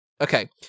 Okay